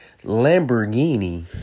Lamborghini